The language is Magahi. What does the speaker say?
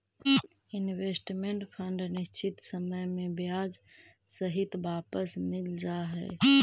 इन्वेस्टमेंट फंड निश्चित समय में ब्याज सहित वापस मिल जा हई